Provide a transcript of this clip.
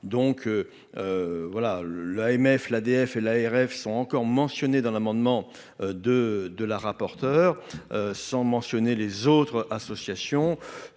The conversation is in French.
donc voilà l'AMF l'ADF et l'ARF sont encore mentionné dans l'amendement de de la rapporteure, sans mentionner les autres associations